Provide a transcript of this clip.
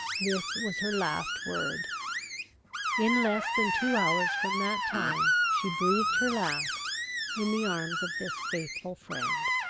this was her last word in less than two hours from that time she breathed her last in the arms of this faithful friend.